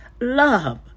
Love